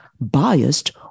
biased